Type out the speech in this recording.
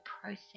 process